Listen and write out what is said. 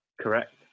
Correct